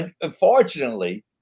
unfortunately